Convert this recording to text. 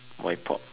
why pop